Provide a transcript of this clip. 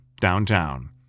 downtown